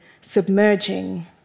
submerging